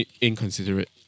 inconsiderate